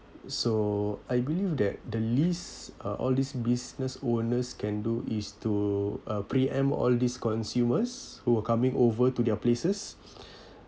so I believe that the least uh all these business owners can do is to uh pre-empt all these consumers who are coming over to their places